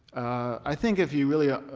i think if you really